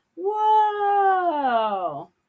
whoa